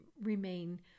remain